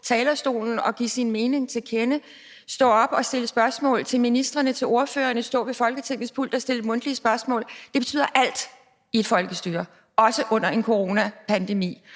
talerstolen og give sin mening til kende, at stille spørgsmål til ministrene og til ordførerne, at stå ved Folketingets pult og stille mundtlige spørgsmål? Det betyder alt i et folkestyre, også under en coronapandemi.